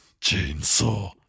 Chainsaw